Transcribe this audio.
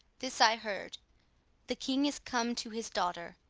this i heard the king is come to his daughter,